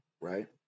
right